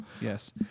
Yes